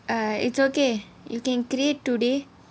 uh it's okay you can create today